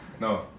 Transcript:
No